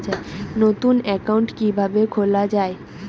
নতুন একাউন্ট কিভাবে খোলা য়ায়?